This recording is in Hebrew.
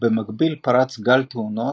ובמקביל פרץ גל תאונות,